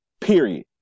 period